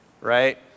right